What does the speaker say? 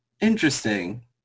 interesting